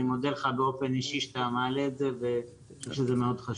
אני מודה לך באופן אישי שאתה מעלה את זה ושזה מאוד חשוב.